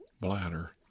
bladder